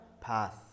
path